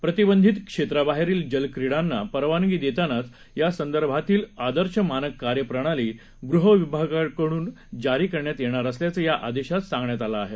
प्रतिबंधित क्षेत्राबाहेरील जलक्रीडांना परवानगी देतानाच यासंदर्भातील आदर्श मानक कार्य प्रणाली गृह विभागाकडून जारी करण्यात येणार असल्याचं या आदेशात सांगण्यात आलं आहे